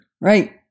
Right